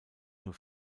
nur